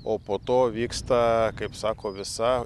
o po to vyksta kaip sako visa